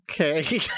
Okay